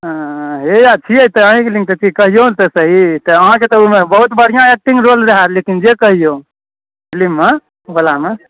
हे छियै तऽ अहीँके लोक छियै कहियौ तऽ सही तऽ अहाँके तऽ ओहिमे बहुत बढ़िआँ एक्टिंग रोल रहए लेकिन जे कहियौ फिल्ममे ओहिवलामे